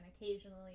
occasionally